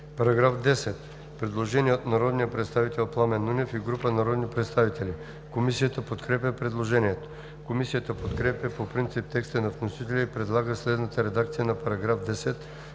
ПЛАМЕН НУНЕВ: Предложение от народния представител Пламен Нунев и група народни представители. Комисията подкрепя предложението. Комисията подкрепя по принцип текста на вносителя и предлага следната редакция на § 10,